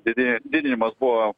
didėjo didinimas buvo